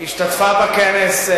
השתתפו בכנס,